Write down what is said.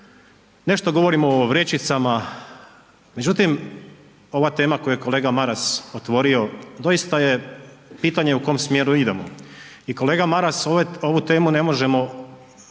nešto govorimo o vrećicama, međutim, ova tema koju je kolega Maras otvorio doista je pitanje u kojem smjeru idemo i kolega Maras, ovu temu ne možemo,